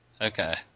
Okay